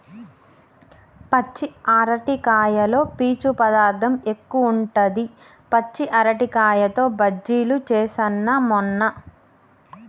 పచ్చి అరటికాయలో పీచు పదార్ధం ఎక్కువుంటది, పచ్చి అరటికాయతో బజ్జిలు చేస్న మొన్న